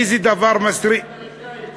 איזה דבר, זו הדמוקרטיה האמריקנית שם.